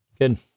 Good